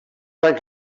anys